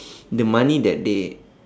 the money that they